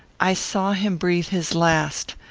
i saw him breathe his last.